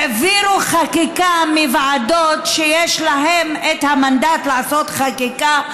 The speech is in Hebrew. העבירו חקיקה מוועדות שיש להן מנדט לעשות חקיקה,